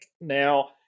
now